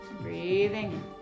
breathing